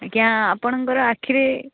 ଆଜ୍ଞା ଆପଣଙ୍କର ଆଖିରେ